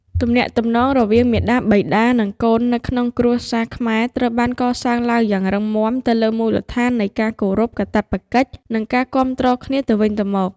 ទំនាក់ទំនងរវាងមាតាបិតា និងកូននៅក្នុងគ្រួសារខ្មែរត្រូវបានកសាងឡើងយ៉ាងរឹងមាំទៅលើមូលដ្ឋាននៃ ការគោរព កាតព្វកិច្ច និង ការគាំទ្រគ្នាទៅវិញទៅមក។